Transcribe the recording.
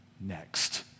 next